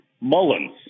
Mullins